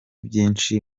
byinshi